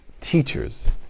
Teachers